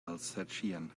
alsatian